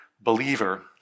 believer